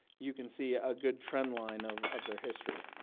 you can see a good trend line of of their history.